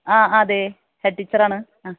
ആ അതെ ഹെഡ് ടീച്ചറാണ്